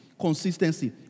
Consistency